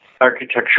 architecture